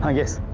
um yes.